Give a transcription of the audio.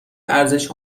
ارزش